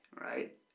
right